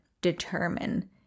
determine